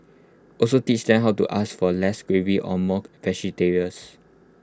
also teach them how to ask for less gravy or more